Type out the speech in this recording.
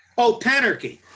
oh panarchy.